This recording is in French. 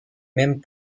même